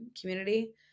community